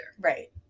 Right